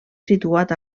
situat